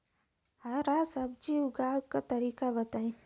हरा सब्जी उगाव का तरीका बताई?